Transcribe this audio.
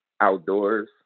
outdoors